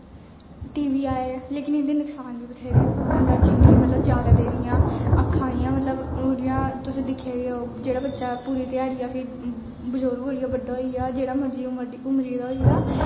TV आए लेकिन इंदा नुक्सान बी बथेरे ना बंदा जिन्नी मतलब ज्यादा देर इयां आक्खां इयां मतलब हून तुसें दिक्खेआ बी होग जेहड़ा बच्चा प़ूरी घ्याड़ी जां फिर बजुर्ग होई गेआ बड्डा होई गैआ जेहड़ा मर्जी उमरी दा होई गेआ